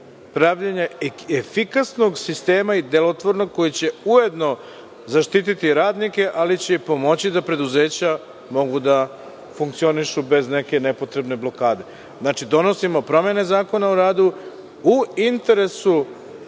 pravljenja efikasnog sistema i delotvornog koji će ujedno zaštititi radnike, ali će pomoći da preduzeća mogu da funkcionišu bez neke nepotrebne blokade. Znači donosimo promene Zakona o radu u interesu